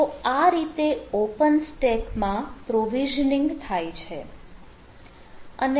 તો આ રીતે ઓપન સ્ટેક માં પ્રોવિઝનિંગ થાય છે